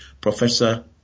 Professor